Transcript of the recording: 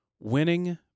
Winning